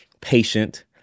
patient